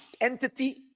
entity